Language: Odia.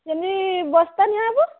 ଯଦି ବସ୍ତା ନିଆହେବ